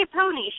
pony